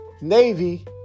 Navy